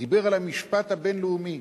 דיבר על המשפט הבין-לאומי,